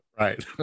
Right